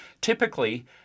Typically